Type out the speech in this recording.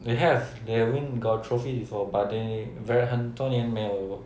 they have they have even got trophy before but they very 很多年没有